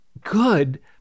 good